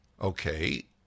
Okay